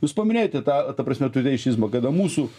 jūs paminėjote tą ta prasme tuteišizmą kada mūsų